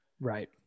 Right